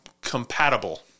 compatible